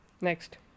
Next